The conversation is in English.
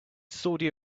saudi